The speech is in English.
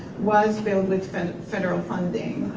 was built with federal federal funding.